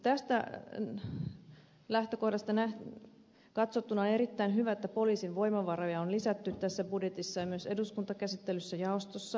tästä lähtökohdasta katsottuna on erittäin hyvä että poliisin voimavaroja on lisätty tässä budjetissa ja myös eduskuntakäsittelyssä jaostossa